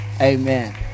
Amen